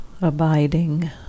abiding